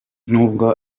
nubwo